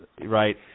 right